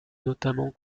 notamment